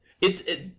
It's-